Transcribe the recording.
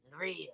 real